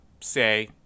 say